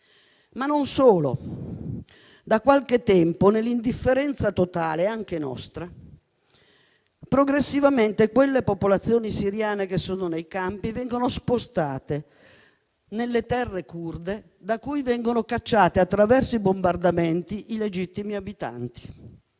Non solo, ma da qualche tempo, nell'indifferenza totale, anche nostra, progressivamente quelle popolazioni siriane che sono nei campi vengono spostate nelle terre curde, da cui vengono cacciate attraverso i bombardamenti i legittimi abitanti.